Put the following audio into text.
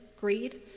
greed